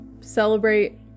celebrate